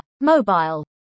Mobile